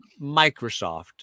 Microsoft